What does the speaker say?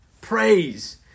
Praise